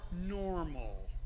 normal